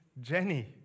Jenny